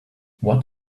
what